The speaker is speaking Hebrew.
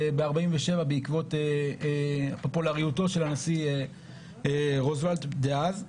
ב-1947 בעקבות פופולריותו של הנשיא רוזוולט דאז,